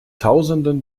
tausenden